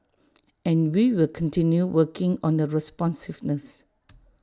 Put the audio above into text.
and we will continue working on the responsiveness